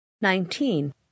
Nineteen